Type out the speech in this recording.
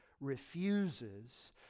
refuses